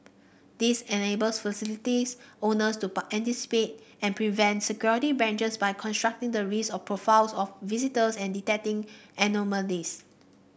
this enables facilities owners to anticipate and prevent security breaches by constructing the risk profiles of visitors and detecting anomalies